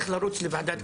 לענייני